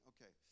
Okay